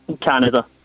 Canada